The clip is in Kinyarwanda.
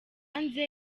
hanze